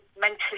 mentally